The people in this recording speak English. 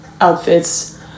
outfits